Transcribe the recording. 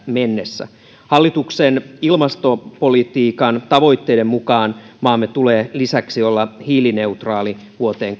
mennessä hallituksen ilmastopolitiikan tavoitteiden mukaan maamme tulee lisäksi olla hiilineutraali vuoteen